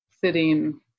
sitting